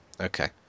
Okay